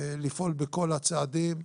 לפעול בכל הצעדים,